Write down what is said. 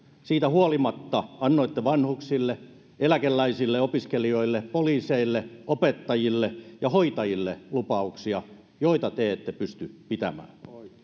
siitä huolimatta annoitte vanhuksille eläkeläisille opiskelijoille poliiseille opettajille ja hoitajille lupauksia joita te ette pysty pitämään